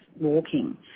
walking